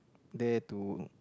there to